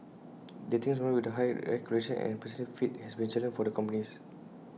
getting Singaporeans with the right qualifications and personality fit has been A challenge for the companies